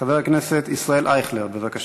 חבר הכנסת ישראל אייכלר, בבקשה.